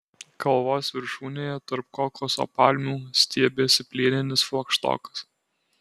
kalvos viršūnėje tarp kokoso palmių stiebėsi plieninis flagštokas